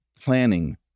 planning